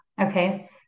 Okay